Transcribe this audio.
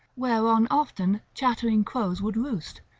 whereon often chattering crows would roost.